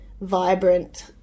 vibrant